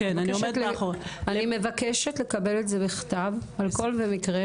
אני מבקשת לקבל את זה בכתב על כל מקרה